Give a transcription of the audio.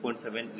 7 0